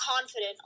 confident